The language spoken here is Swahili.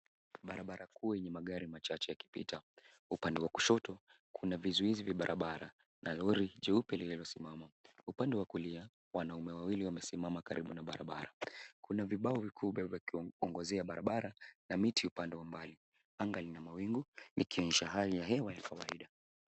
Barabara kuu yenye magari machache yakipita. Upande wa kushoto, kuna vizuizi vya barabara na lori jeupe limesimama. Upande wa kulia, wanaume wawili wamesimama karibu na barabara. Kuna vibao vikuu vya kuongozia barabara na miti upande wa mbali. Anga lina mawingu, likionyesha hali ya hewa ni kawaida.